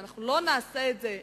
אם אנחנו לא נעשה את זה,